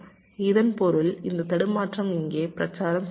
இதன் பொருள் இந்த தடுமாற்றம் இங்கே பிரச்சாரம் செய்யப்படும்